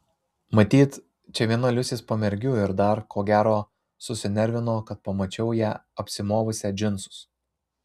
matyt čia viena liusės pamergių ir dar ko gero susinervino kad pamačiau ją apsimovusią džinsus